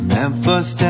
Memphis